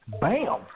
Bam